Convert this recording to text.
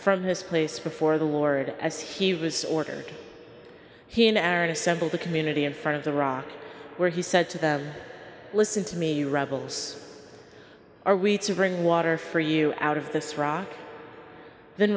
from his place before the lord as he was ordered he an ara to assemble the community in front of the rock where he said to them listen to me rebels are we to bring water for you out of this rock th